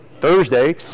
Thursday